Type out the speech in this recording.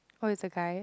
oh is the guy